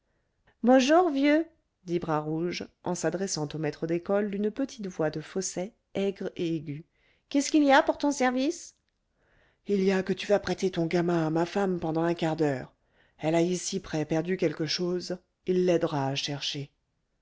bonjour vieux dit bras rouge en s'adressant au maître d'école d'une petite voix de fausset aigre et aiguë qu'est-ce qu'il y a pour ton service il y a que tu vas prêter ton gamin à ma femme pendant un quart d'heure elle a ici près perdu quelque chose il l'aidera à chercher